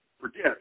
forget